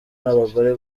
n’abagore